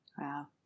Wow